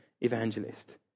evangelist